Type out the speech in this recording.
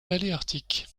paléarctique